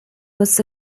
was